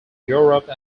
europe